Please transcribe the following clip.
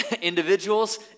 individuals